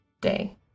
day